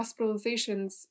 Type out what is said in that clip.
hospitalizations